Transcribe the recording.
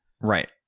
Right